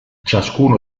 ciascuno